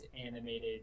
animated